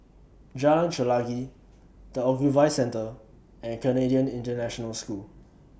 Jalan Chelagi The Ogilvy Centre and Canadian International School